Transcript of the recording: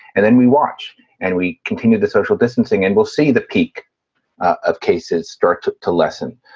and then we watch and we continue the social distancing and we'll see the peak of cases start to to lessen.